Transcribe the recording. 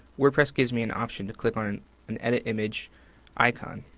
wordpress gives me an option to click on an an edit image icon.